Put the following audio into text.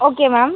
okay ma'am